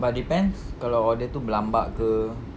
but depends kalau order tu berlambak ke